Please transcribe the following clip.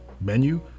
menu